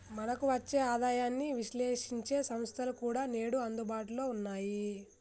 మనకు వచ్చే ఆదాయాన్ని విశ్లేశించే సంస్థలు కూడా నేడు అందుబాటులో ఉన్నాయి